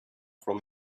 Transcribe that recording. from